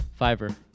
fiverr